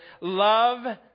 Love